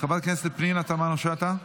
חברת הכנסת פנינה תמנו שטה,